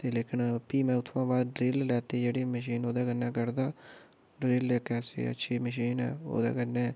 ते लेकिन फ्ही में उ'त्थुआं बाच ड्रिल लैती जेह्ड़ी मशीन ओह्दे कन्नै कड्ढदा ड्रिल इक ऐसी अच्छी मशीन ऐ ओह्दे कन्नै